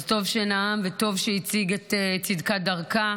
אז טוב שנאם וטוב שהציג את צדקת דרכה